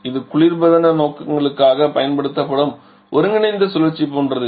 இது குளிர்பதன நோக்கங்களுக்காக பயன்படுத்தப்படும் ஒருங்கிணைந்த சுழற்சி போன்றது